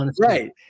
right